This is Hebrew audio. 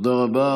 תודה רבה.